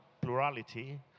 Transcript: plurality